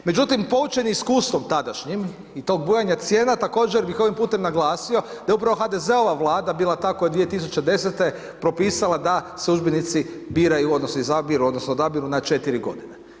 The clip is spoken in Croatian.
Međutim, poučen iskustvom, tadašnjim i tog bujanja cijena također bih ovim putem naglasio da je upravo HDZ-ova Vlada bila ta koja je 2010. propisala da se udžbenici biraju odnosno izabiru odnosno odabiru na 4 godine.